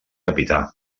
capità